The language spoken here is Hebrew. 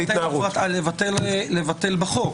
לבטל בחוק.